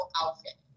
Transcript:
outfit